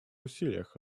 усилиях